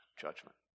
judgment